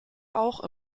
auch